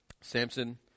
Samson